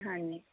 ਹਾਂਜੀ